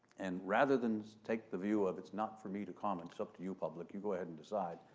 and rather than take the view of, it's not for me to comment, it's up to you, public, you go ahead and decide,